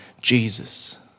Jesus